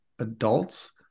adults